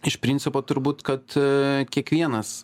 iš principo turbūt kad kiekvienas